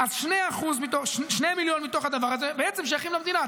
אז 2 מיליון מתוך הדבר הזה בעצם שייכים למדינה.